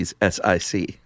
S-I-C